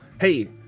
Hey